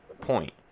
point